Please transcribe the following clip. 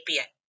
API